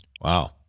Wow